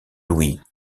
louis